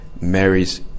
Mary's